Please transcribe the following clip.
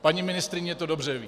Paní ministryně to dobře ví.